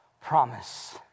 promise